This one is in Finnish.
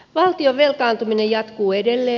valtion velkaantuminen jatkuu edelleen